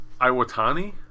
Iwatani